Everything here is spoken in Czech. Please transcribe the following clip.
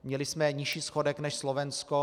Měli jsme nižší schodek než Slovensko.